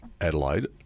Adelaide